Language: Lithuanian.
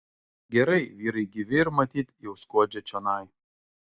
gerai vyrai gyvi ir matyt jau skuodžia čionai